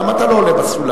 למה אתה לא עולה בסולם?